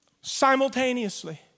simultaneously